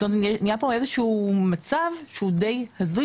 נהיה פה איזשהו מצב שהוא די הזוי,